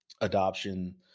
adoption